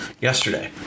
yesterday